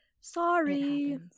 Sorry